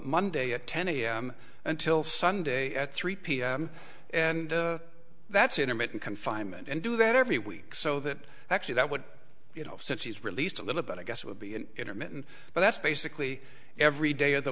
monday at ten am until sunday at three pm and that's intermittent confinement and do that every week so that actually that would you know since he's released a little bit i guess would be an intermittent but that's basically every day